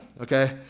okay